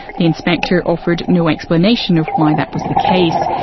the inspector offered no explanation of why that was the case,